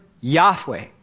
Yahweh